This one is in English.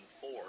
four